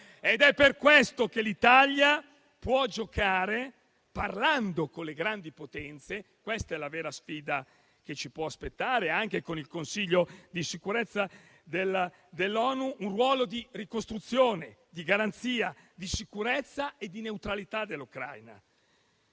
È per questo che l'Italia, parlando con le grandi potenze - questa è la vera sfida che ci può aspettare - ed anche con il Consiglio di sicurezza dell'ONU, può giocare un ruolo di ricostruzione, di garanzia, di sicurezza e di neutralità dell'Ucraina.